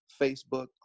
facebook